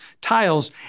tiles